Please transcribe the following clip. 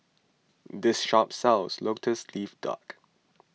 this shop sells Lotus Leaf Duck